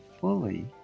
fully